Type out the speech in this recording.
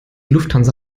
lufthansa